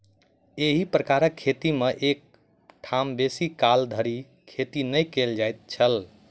एही प्रकारक खेती मे एक ठाम बेसी काल धरि खेती नै कयल जाइत छल